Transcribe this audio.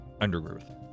undergrowth